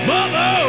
Mother